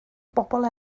bobl